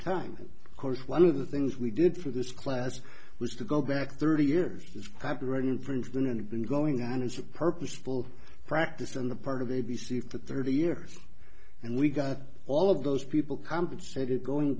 ime of course one of the things we did for this class was to go back thirty years of copyright infringement and been going on it's a purposeful practice on the part of a b c for thirty years and we got all of those people compensated going